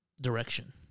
direction